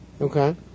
Okay